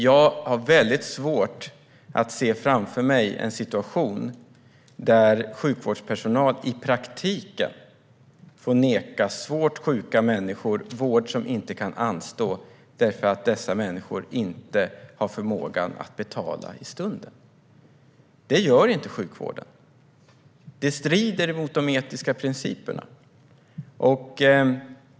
Jag har väldigt svårt att se framför mig en situation där sjukvårdspersonal i praktiken får neka svårt sjuka människor vård som inte kan anstå därför att dessa människor inte har förmåga att betala för stunden. Det gör inte sjukvården. Det strider mot de etiska principerna.